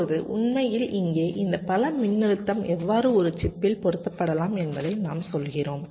இப்போது உண்மையில் இங்கே இந்த பல மின்னழுத்தம் எவ்வாறு ஒரு சிப்பில் பொருத்தப்படலாம் என்பதை நாம் சொல்கிறோம்